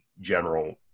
general